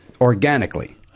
organically